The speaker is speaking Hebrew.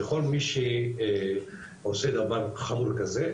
בכל מי שעושה דבר חמור כזה,